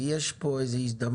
יש פה הזדמנויות